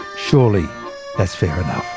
surely that's fair enough.